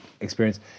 experience